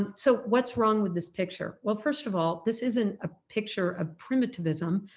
ah so what's wrong with this picture? well first of all, this isn't a picture of primitivism.